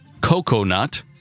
Coconut